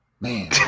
Man